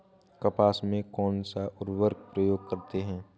कपास में कौनसा उर्वरक प्रयोग करते हैं?